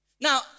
Now